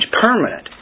permanent